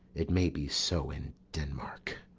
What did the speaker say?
it may be so in denmark